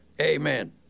Amen